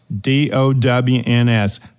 D-O-W-N-S